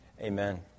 Amen